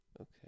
Okay